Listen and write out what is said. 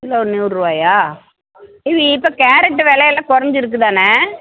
kilo நூற்ருவாயா இது இப்ப கேரட்டு வெலையெல்லாம் கொறஞ்சிருக்கு தான